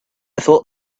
thought